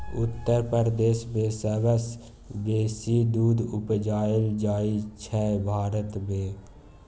उत्तर प्रदेश मे सबसँ बेसी दुध उपजाएल जाइ छै भारत मे